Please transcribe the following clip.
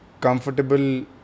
comfortable